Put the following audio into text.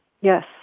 Yes